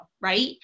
right